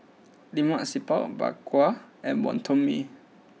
Lemak Siput Bak Kwa And Wonton Mee